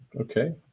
Okay